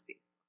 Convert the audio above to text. Facebook